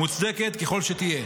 מוצדקת ככל שתהיה,